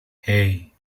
hey